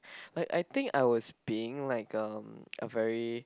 like I think I was being like a very